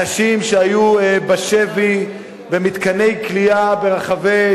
אנשים שהיו בשבי במתקני כליאה ברחבי,